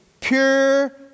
Pure